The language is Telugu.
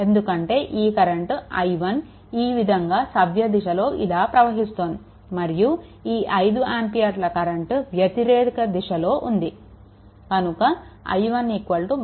ఎందుకంటే ఈ కరెంట్ i1 ఈ విధంగా సవ్య దిశలో ఇలా ప్రవహిస్తోందిమరియు ఈ 5 ఆంపియర్ల కరెంట్ వ్యతిరేక దిశలో ఉంది కనుక i1 5 ఆంపియర్లు వస్తుంది